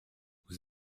vous